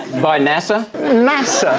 by nasa. nasa?